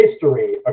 history